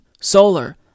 solar